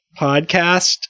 podcast